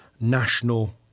national